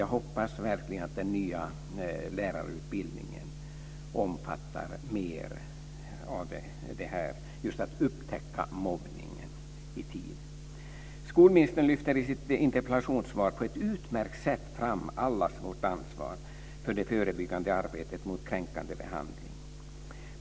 Jag hoppas verkligen att den nya lärarutbildningen omfattar mer av just detta att upptäcka mobbning i tid. Skolministern lyfter i sitt interpellationssvar på ett utmärkt sätt fram allas vårt ansvar för det förebyggande arbetet mot kränkande behandling.